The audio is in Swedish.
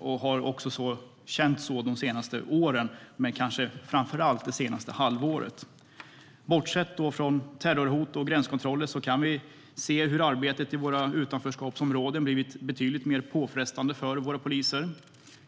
och så har det också upplevts under de senaste åren, och kanske framför allt under det senaste halvåret. Bortsett från terrorhot och gränskontroller kan vi se hur arbetet i utanförskapsområdena har blivit betydligt mer påfrestande för poliserna.